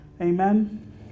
Amen